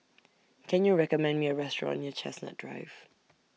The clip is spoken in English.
Can YOU recommend Me A Restaurant near Chestnut Drive